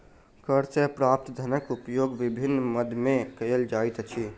कर सॅ प्राप्त धनक उपयोग विभिन्न मद मे कयल जाइत अछि